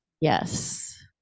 Yes